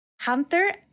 hunter